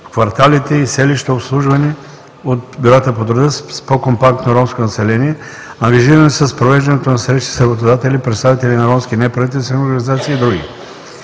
кварталите и селищата, обслужвани от ДБТ с по-компактно ромско население, ангажирани са с провеждането на срещи с работодатели, представители на ромски неправителствени организации и други.